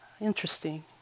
Interesting